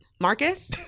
Marcus